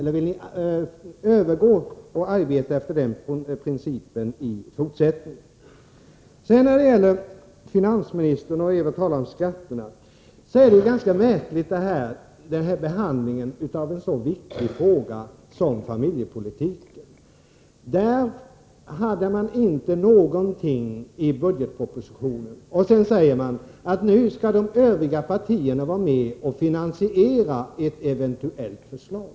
Evert Svensson talade också om skatterna. Det är en ganska märklig behandling som har skett av en så viktig fråga som familjepolitiken. Det finns inte någonting om den i budgetpropositionen. Sedan säger socialdemokraterna att nu skall de övriga partierna vara med och finansiera ett eventuellt förslag.